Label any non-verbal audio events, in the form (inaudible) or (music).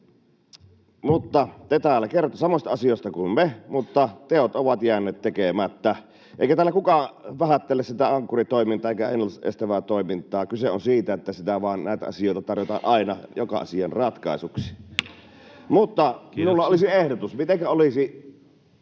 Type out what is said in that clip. tehdä. Te täällä kerrotte samoista asioista kuin me, mutta teot ovat jääneet tekemättä. Eikä täällä kukaan vähättele sitä Ankkuri-toimintaa eikä ennaltaestävää toimintaa. Kyse on siitä, että näitä asioita tarjotaan aina joka asiaan ratkaisuksi. (noise) Minulla olisi ehdotus: Mitenkä olisi,